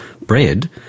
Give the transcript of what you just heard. bread